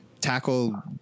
tackle